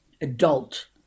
adult